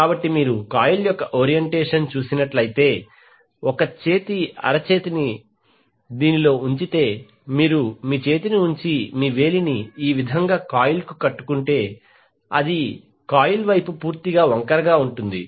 కాబట్టి మీరు కాయిల్ యొక్క ఓరియంటేషన్ చూసినట్లయితే ఒక చేతి అరచేతిని దీనిలో ఉంచితే మీరు మీ చేతిని ఉంచి మీ వేలిని ఈ విధంగా కాయిల్ కు కట్టుకుంటే అది కాయిల్ వైపు పూర్తిగా వంకరగా ఉంటుంది